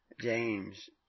James